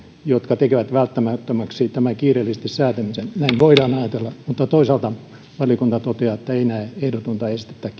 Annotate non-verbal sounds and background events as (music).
jotka tekevät välttämättömäksi tämän säätämisen kiireellisesti näin voidaan ajatella mutta toisaalta valiokunta toteaa että ei näe ehdotonta estettä (unintelligible)